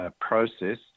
process